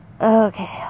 Okay